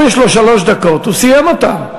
יש לו שלוש דקות, הוא סיים אותן.